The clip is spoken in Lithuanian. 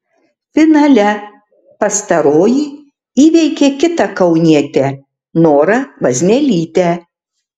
finale pastaroji įveikė kitą kaunietę norą vaznelytę